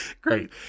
Great